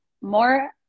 more